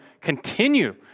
continue